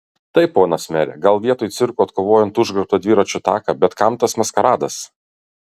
tai ponas mere gal vietoj cirko atkovojant užgrobtą dviračių taką bet kam tas maskaradas